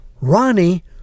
Ronnie